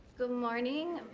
good morning,